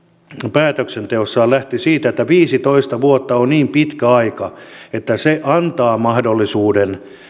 päätöksenteossaan lähtivät siitä että viisitoista vuotta on niin pitkä aika että se antaa mahdollisuuden